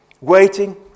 Waiting